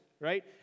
right